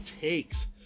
takes